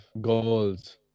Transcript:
goals